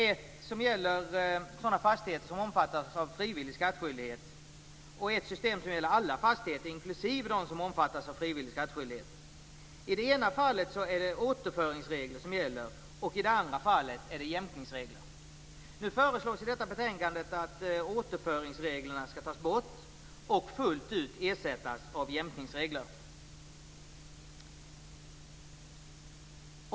Ett gäller sådana fastigheter som omfattas av frivillig skattskyldighet, och ett gäller alla fastigheter, inklusive dem som omfattas av frivillig skattskyldighet. I det ena fallet är det återföringsregler som gäller, och i det andra fallet är det jämkningsregler. Nu föreslås i detta betänkande att återföringsreglerna ska tas bort och fullt ut ersättas av jämkningsregler.